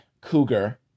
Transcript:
cougar